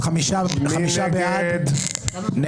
הצבעה לא אושרו.